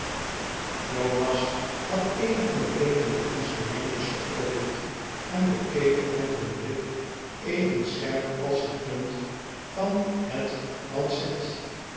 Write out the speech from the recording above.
jonas had een van de blinkende instruments geopend en bekeek het met een blik even scherp als de punt van het lancet